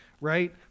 Right